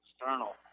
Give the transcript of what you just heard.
external